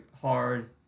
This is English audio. hard